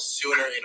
sooner